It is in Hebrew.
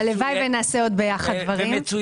הלוואי ונעשה עוד דברים ביחד.